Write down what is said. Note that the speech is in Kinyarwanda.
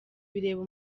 bireba